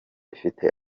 ifite